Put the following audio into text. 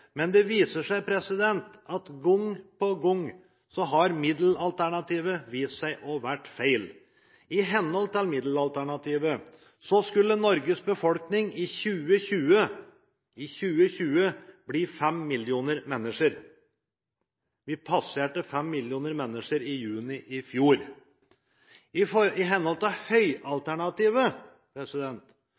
Men det viser seg gang på gang at middelsalternativet har vist seg å være feil. I henhold til middelsalternativet skulle Norges befolkning i 2020 – i 2020 – bli fem millioner mennesker. Vi passerte fem millioner mennesker i juni i fjor. I henhold til